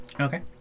Okay